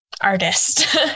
artist